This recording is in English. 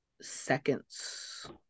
seconds